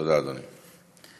תודה, אדוני.